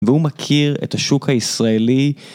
והוא מכיר את השוק הישראלי.